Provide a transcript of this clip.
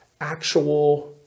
actual